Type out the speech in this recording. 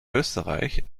österreich